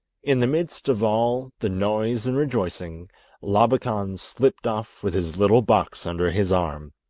in the midst of all the noise and rejoicing labakan slipped off with his little box under his arm.